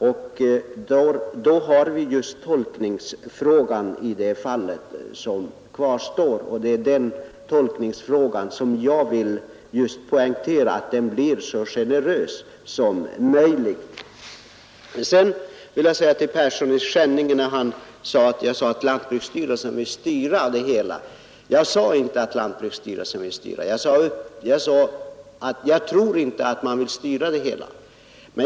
Då är det just tolkningsfrågan som kvarstär, och jag vill poängtera vikten av att tolkningen blir så generös som möjligt. Herr Persson i Skänninge gjorde gällande att jag sade att lantbruksstyrelsen vill styra det hela. Jag sade inte att lantbruksstyrelsen vill styra. Jag tror inte att man vill styra det hela.